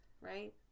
right